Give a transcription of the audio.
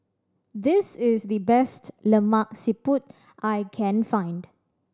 this is the best Lemak Siput I can find